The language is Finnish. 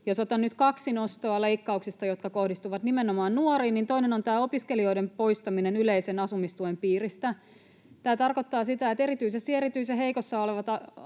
Jos otan nyt kaksi nostoa leikkauksista, jotka kohdistuvat nimenomaan nuoriin, niin toinen on tämä opiskelijoiden poistaminen yleisen asumistuen piiristä. Tämä tarkoittaa sitä, että erityisesti erityisen heikossa asemassa